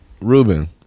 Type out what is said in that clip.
Ruben